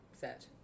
set